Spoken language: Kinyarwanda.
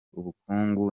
ubukungu